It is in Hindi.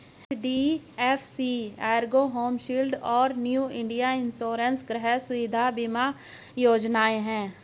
एच.डी.एफ.सी एर्गो होम शील्ड और New India Insurance Griha Suvidha बीमा योजनाएं हैं